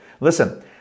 Listen